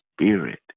spirit